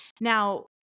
Now